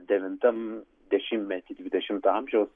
devintam dešimtmety dvidešimto amžiaus